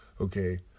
Okay